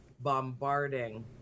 bombarding